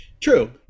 True